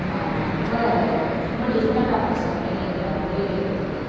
ரொம்ப ரொம்ப டிஃபிக்கல்ட்டாக இருந்துச்சு அந்த புள்ளைங்களுக்கு என்ன புரிய வைக்கிறதுக்கு